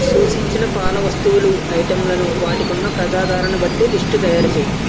సూచించిన పాల వస్తువుల ఐటెంలను వాటికున్న ప్రజాదరణ బట్టి లిస్టు తయారు చేయి